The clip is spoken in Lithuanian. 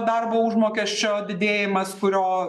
darbo užmokesčio didėjimas kurio